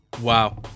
Wow